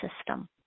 system